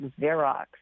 Xerox